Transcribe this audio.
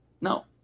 No